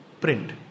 print